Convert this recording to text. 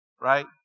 right